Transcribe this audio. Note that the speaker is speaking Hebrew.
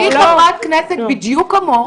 אני חברת כנסת בדיוק כמוך.